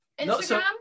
Instagram